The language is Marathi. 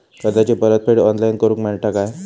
कर्जाची परत फेड ऑनलाइन करूक मेलता काय?